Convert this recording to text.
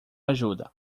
ajuda